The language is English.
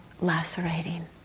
lacerating